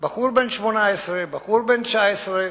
בחור בן 18, בחור בן 19,